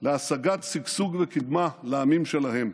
להשגת שגשוג וקדמה לעמים שלהם.